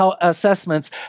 assessments